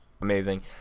amazing